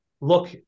look